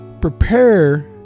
prepare